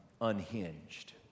unhinged